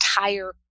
entire